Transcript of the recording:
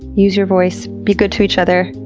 use your voice. be good to each other.